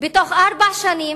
בתוך ארבע שנים,